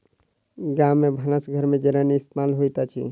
गाम में भानस घर में जारैन इस्तेमाल होइत अछि